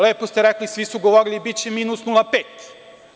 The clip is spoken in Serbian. Lepo ste rekli, svi su govorili – biće minus 0,5.